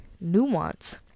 nuance